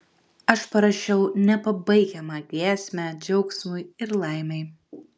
aš parašiau nepabaigiamą giesmę džiaugsmui ir laimei